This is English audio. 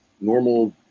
normal